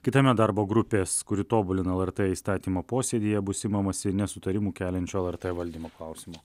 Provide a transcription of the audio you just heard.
kitame darbo grupės kuri tobulina lrt įstatymą posėdyje bus imamasi nesutarimų keliančio lrt valdymo klausimo